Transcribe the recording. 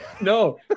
no